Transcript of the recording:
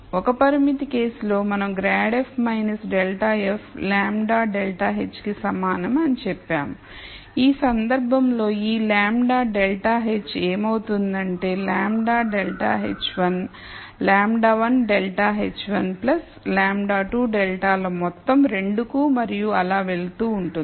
ఒక పరిమితి కేసులో మనం grad f ∇f λ ∇h కి సమానం అని చెప్పాము ఈ సందర్భంలో ఈ λ ∇h ఏమవుతుందంటేλ ∇h1 λ1 ∇h1 λ2 ∇ ల మొత్తం 2 కు మరియు అలా వెళ్తూ ఉంటుంది